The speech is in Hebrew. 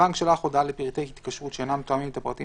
הבנק שלח הודעה לפרטי התקשרות שאינם תואמים את הפרטים